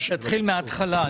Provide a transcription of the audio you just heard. תתחיל מהתחלה.